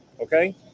Okay